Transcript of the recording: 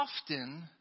Often